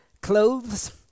Clothes